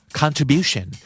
contribution